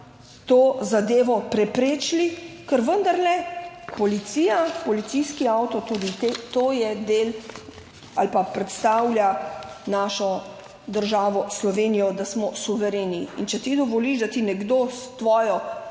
to zadevo preprečili, ker vendarle, policija, policijski avto, tudi to je del ali pa predstavlja našo državo Slovenijo, da smo suvereni in če ti dovoliš, da ti nekdo s tvojo,